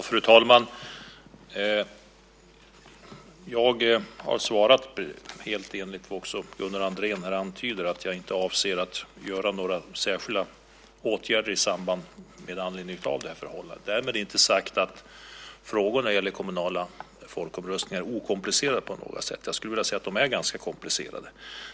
Fru talman! Jag har svarat, som också Gunnar Andrén här antyder, att jag inte avser att vidta några särskilda åtgärder med anledning av det här förhållandet. Därmed inte sagt att frågorna om kommunala folkomröstningar är okomplicerade på något sätt. Jag skulle vilja säga att de är ganska komplicerade.